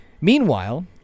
Meanwhile